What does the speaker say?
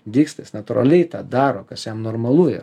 dygsta jis natūraliai tą daro kas jam normalu yra